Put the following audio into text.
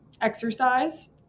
exercise